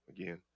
again